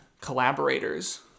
collaborators